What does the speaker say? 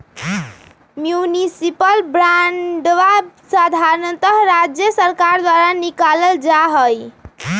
municipal बांडवा साधारणतः राज्य सर्कार द्वारा निकाल्ल जाहई